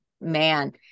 man